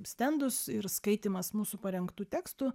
stendus ir skaitymas mūsų parengtų tekstų